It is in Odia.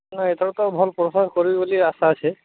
ନା ଏଥର ତ ଭଲ ଫସଲ କରିବି ବୋଲି ଆଶା ଅଛି